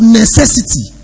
necessity